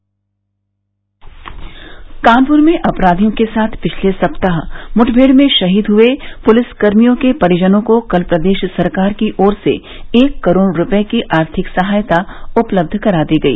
र कानपुर में अपराधियों के साथ पिछले सप्ताह मुठभेड़ में शहीद हुए पुलिसकर्मियों के परिजनों को कल प्रदेश सरकार की ओर से एक करोड़ रूपये की आर्थिक सहायता उपलब्ध करा दी गई